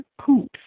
poops